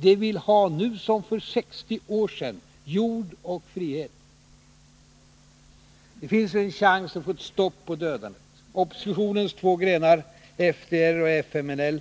De vill ha, nu som för 60 år sedan, jord och frihet. Det finns nu en chans till att få ett stopp för dödandet. Oppositionens två grenar, FDR och FMLN,